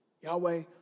Yahweh